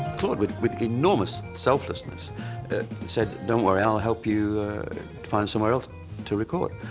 claude with with enormous selflessness said, don't worry, i'll help you to find somewhere else to record.